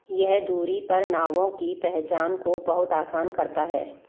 यह दूरी पर नावों की पहचान को बहुत आसान करता है